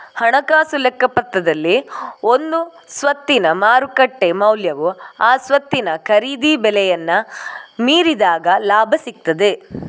ಹಣಕಾಸು ಲೆಕ್ಕಪತ್ರದಲ್ಲಿ ಒಂದು ಸ್ವತ್ತಿನ ಮಾರುಕಟ್ಟೆ ಮೌಲ್ಯವು ಆ ಸ್ವತ್ತಿನ ಖರೀದಿ ಬೆಲೆಯನ್ನ ಮೀರಿದಾಗ ಲಾಭ ಸಿಗ್ತದೆ